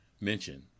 mention